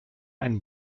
einen